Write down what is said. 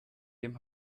dem